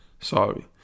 Sorry